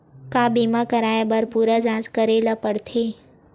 का बीमा कराए बर पूरा जांच करेला पड़थे?